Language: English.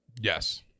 yes